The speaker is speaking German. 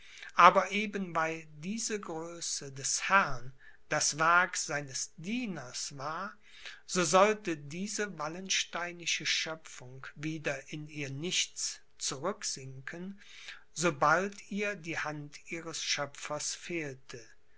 aber eben weil diese größe des herrn das werk seines dieners war so sollte diese wallensteinische schöpfung wieder in ihr nichts zurücksinken sobald ihr die hand ihres schöpfers fehlte